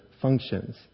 functions